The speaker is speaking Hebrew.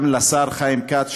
גם לשר חיים כץ,